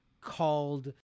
called